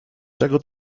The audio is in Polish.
czego